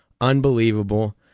Unbelievable